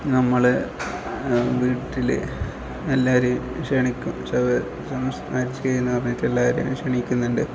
നമ്മൾ വീട്ടിൽ എല്ലാരേം ക്ഷണിക്കും ശവ സംസ്കാരം ചെയ്യുന്ന് പറഞ്ഞിട്ട് എല്ലാരേം ക്ഷണിക്കുന്നുണ്ട്